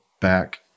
back